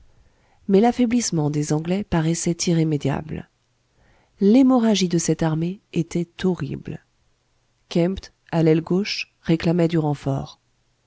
mais l'affaiblissement des anglais paraissait irrémédiable l'hémorragie de cette armée était horrible kempt à l'aile gauche réclamait du renfort